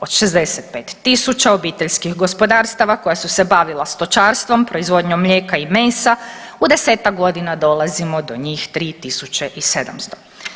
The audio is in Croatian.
Od 65.000 obiteljskih gospodarstava koja su se bavila stočarstvom, proizvodnjom mlijeka i mesa u 10-tak godine dolazimo do njih 3.700.